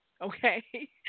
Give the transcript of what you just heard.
Okay